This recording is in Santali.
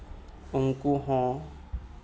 ᱩᱱᱠᱩ ᱦᱚᱸ